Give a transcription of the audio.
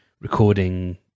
recording